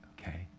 okay